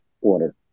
order